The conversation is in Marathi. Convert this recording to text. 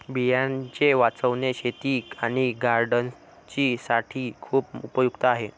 बियांचे वाचवणे शेतकरी आणि गार्डनर्स साठी खूप उपयुक्त आहे